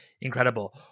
incredible